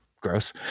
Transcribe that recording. gross